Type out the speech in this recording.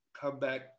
comeback